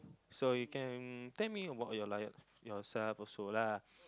so you can tell me about your life yourself also lah